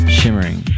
shimmering